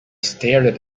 stared